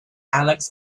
alex